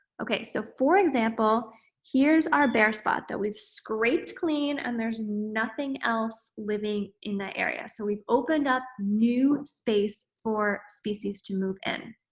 okay, so for example here's our bare spot that we've scraped clean and there's nothing else living in that area. so, we've opened up new space for species to move in.